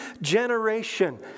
generation